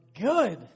good